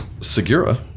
Segura